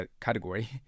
category